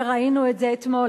וראינו את זה אתמול,